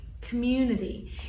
community